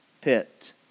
pit